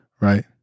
right